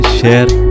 share